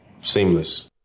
Seamless